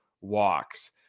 walks